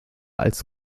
als